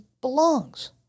belongs